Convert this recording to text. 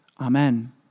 Amen